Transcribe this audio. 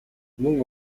мөн